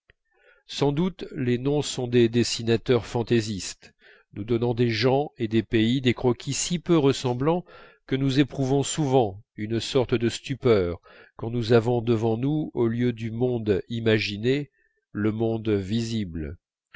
sans doute les noms sont des dessinateurs fantaisistes nous donnant des gens et des pays des croquis si peu ressemblants que nous éprouvons souvent une sorte de stupeur quand nous avons devant nous au lieu du monde imaginé le monde visible